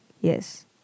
Yes